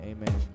Amen